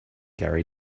gary